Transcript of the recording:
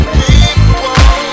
people